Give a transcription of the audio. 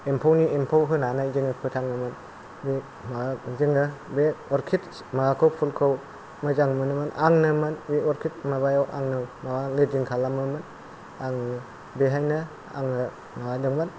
एमफौ नि एमफौ होनानै जोङो फोथाङोमोन जोङो बे अर्खिड माबाखौ फुलखौ मोजां मोनोमोन आंनोमोन बे अर्खिड माबायाव आङो माबा ग्रेडिं खालामोमोन आङो बेहायनो आङो माबादोंमोन